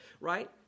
right